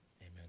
Amen